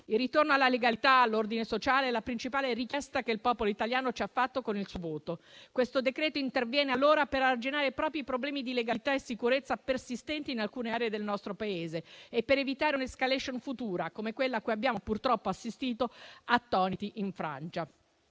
Il ritorno alla legalità, all'ordine sociale è la principale richiesta che il popolo italiano ci ha fatto con il suo voto. Questo decreto interviene per arginare proprio i problemi di legalità e sicurezza persistenti in alcune aree del nostro Paese e per evitare una *escalation* futura come quella cui abbiamo purtroppo assistito attoniti in Francia: